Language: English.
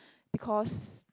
because